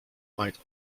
might